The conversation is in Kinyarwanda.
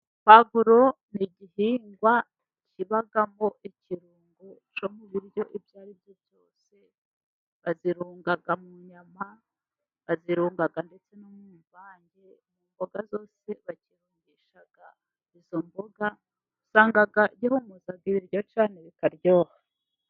Puwavuro ni igihingwa kibamo ikirungo cyo mu biryo ibyo aribyo byose, bazirunga mu nyama, bazirunga ndetse no mu mvange, mu mboga zose bakirungisha izo mboga, usanga gimuza ibiryo cyane bikaryoha.